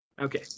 okay